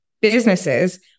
businesses